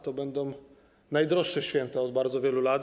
To będą najdroższe święta od bardzo wielu lat.